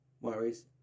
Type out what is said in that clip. worries